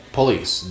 police